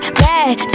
bad